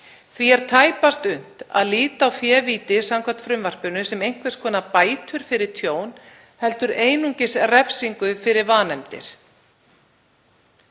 Því er tæpast unnt að líta á févíti samkvæmt frumvarpinu sem einhvers konar bætur fyrir tjón heldur einungis refsingu fyrir vanefndir.